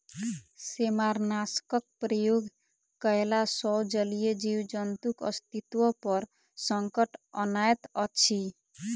सेमारनाशकक प्रयोग कयला सॅ जलीय जीव जन्तुक अस्तित्व पर संकट अनैत अछि